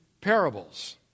parables